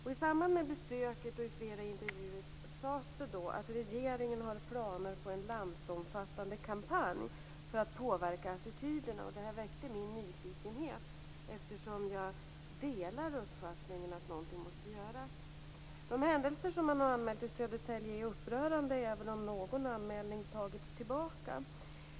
I samband med besöket och i flera intervjuer sades det att regeringen har planer på en landsomfattande kampanj för att påverka attityderna. Det väckte min nyfikenhet, eftersom jag delar uppfattningen att någonting måste göras. De händelser som man har anmält i Södertälje är upprörande, även om någon anmälan tagits tillbaka.